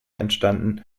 entstanden